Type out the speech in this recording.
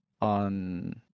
on